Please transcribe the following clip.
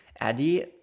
Eddie